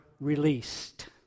released